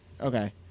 Okay